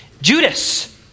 Judas